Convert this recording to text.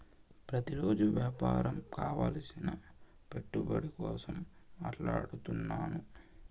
ప్రతిరోజు వ్యాపారం కావలసిన పెట్టుబడి కోసం మాట్లాడుతున్నాను